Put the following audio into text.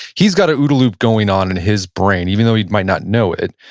he's got an ooda loop going on in his brain, even though he might not know it.